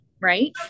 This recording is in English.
right